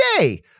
yay